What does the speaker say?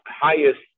highest